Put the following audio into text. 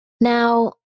Now